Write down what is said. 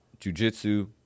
jujitsu